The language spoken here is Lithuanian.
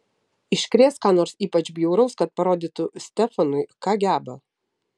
iškrės ką nors ypač bjauraus kad parodytų stefanui ką geba